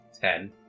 Ten